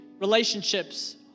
relationships